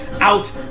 out